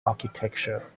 architecture